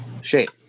shape